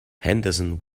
henderson